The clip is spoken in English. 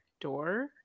door